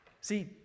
See